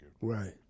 Right